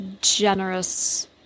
generous